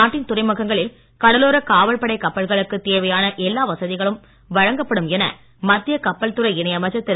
நாட்டின் துறைமுகங்களில் கடலோரக் காவல் படை கப்பல்களுக்குத் தேவையான எல்லா வசதிகளும் வழங்கப்படும் என மத்திய கப்பல் துறை இணை அமைச்சர் திரு